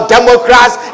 Democrats